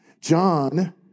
John